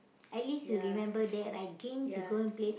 at least you remember that right games you go and play